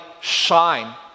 shine